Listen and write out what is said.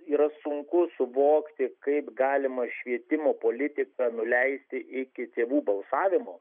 yra sunku suvokti kaip galima švietimo politiką nuleisti iki tėvų balsavimo